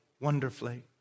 wonderfully